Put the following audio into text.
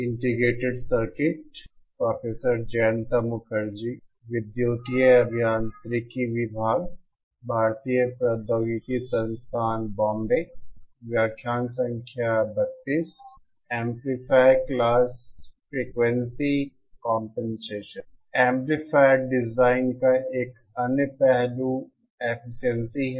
amplifier design का एक अन्य पहलू एफिशिएंसी है